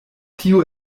tio